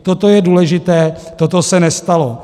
Toto je důležité, toto se nestalo.